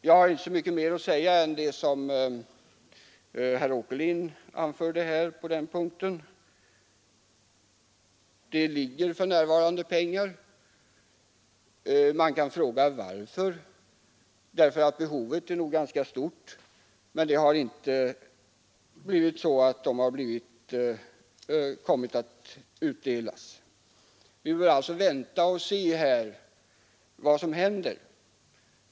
Jag har inte så mycket mer att säga än det som herr Åkerlind anförde på denna punkt. Medel finns anslagna. Man kan fråga sig varför de inte kommit att utdelas trots att behovet nog är ganska stort. Vi bör alltså vänta och se vad som händer.